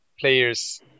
players